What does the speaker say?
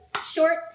short